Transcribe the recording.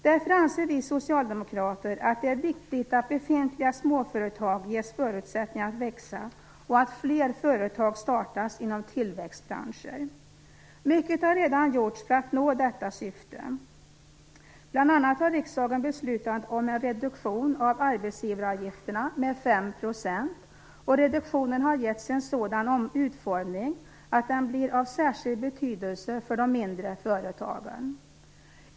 Därför anser vi socialdemokrater att det är viktigt att befintliga småföretag ges förutsättningar att växa och att fler företag startas inom tillväxtbranscher. Mycket har redan gjorts för att nå detta syfte. Bl.a. har riksdagen beslutat om en reduktion av arbetsgivaravgifterna med 5 %, och reduktionen har getts en sådan utformning att den blir av särskild betydelse för de mindre företagen.